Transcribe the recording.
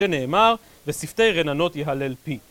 נאמר וספתי רננות יהלל פי.